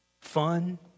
fun